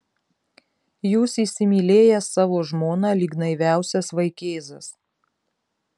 jūs įsimylėjęs savo žmoną lyg naiviausias vaikėzas